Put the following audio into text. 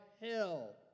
hell